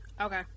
Okay